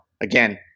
again